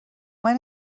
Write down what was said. when